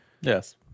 Yes